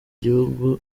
gihugu